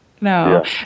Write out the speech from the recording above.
no